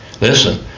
listen